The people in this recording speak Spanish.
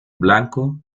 blanco